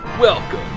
Welcome